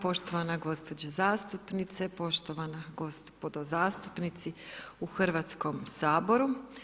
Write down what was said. Poštovana gospođo zastupnice, poštovana gospodo zastupnici u Hrvatskom saboru.